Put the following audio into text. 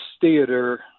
Theater